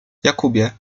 jakubie